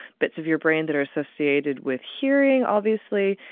bits of your brain that are associated with hearing obviously,